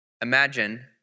Imagine